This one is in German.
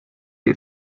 ihr